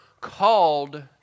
called